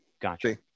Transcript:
gotcha